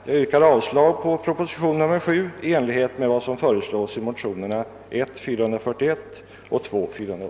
Jag yrkar avslag på